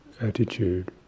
attitude